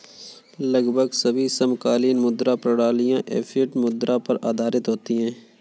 लगभग सभी समकालीन मुद्रा प्रणालियाँ फ़िएट मुद्रा पर आधारित होती हैं